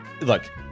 look